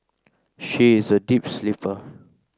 she is a deep sleeper